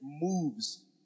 moves